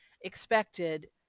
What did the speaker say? expected